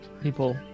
people